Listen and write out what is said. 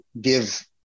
give